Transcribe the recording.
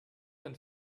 and